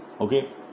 Okay